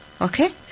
Okay